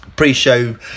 pre-show